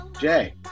Jay